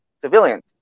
civilians